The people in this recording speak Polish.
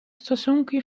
stosunki